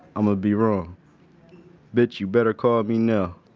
i'mma be raw bitch, you better call me now.